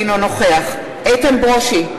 אינו נוכח איתן ברושי,